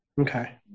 Okay